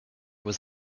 was